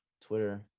Twitter